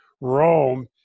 Rome